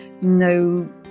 No